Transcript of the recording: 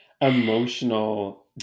emotional